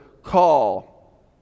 Call